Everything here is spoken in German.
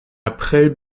april